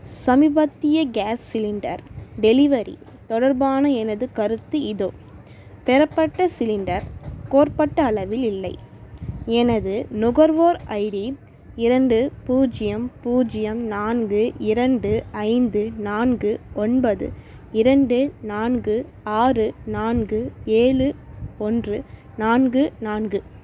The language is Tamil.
சமீபத்திய கேஸ் சிலிண்டர் டெலிவரி தொடர்பான எனது கருத்து இதோ பெறப்பட்ட சிலிண்டர் கோரபட்ட அளவில் இல்லை எனது நுகர்வோர் ஐடி இரண்டு பூஜ்ஜியம் பூஜ்ஜியம் நான்கு இரண்டு ஐந்து நான்கு ஒன்பது இரண்டு நான்கு ஆறு நான்கு ஏழு ஒன்று நான்கு நான்கு